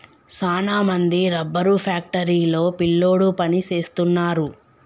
సాన మంది rubber factory లో పిల్లోడు పని సేస్తున్నారు